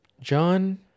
John